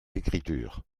écritures